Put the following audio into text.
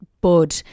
bud